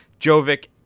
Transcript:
Jovic